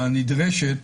הנדרשת